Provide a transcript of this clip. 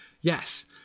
Yes